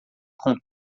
com